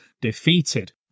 defeated